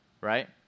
right